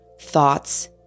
thoughts